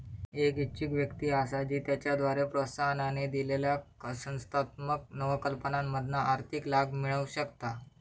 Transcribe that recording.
एक इच्छुक व्यक्ती असा जी त्याच्याद्वारे प्रोत्साहन दिलेल्या संस्थात्मक नवकल्पनांमधना आर्थिक लाभ मिळवु शकता